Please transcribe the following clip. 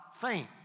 faint